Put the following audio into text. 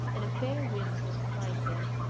and a fair wind was behind them.